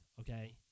Okay